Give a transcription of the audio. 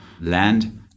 land